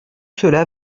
cela